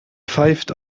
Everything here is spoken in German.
pfeift